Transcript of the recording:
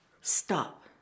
Stop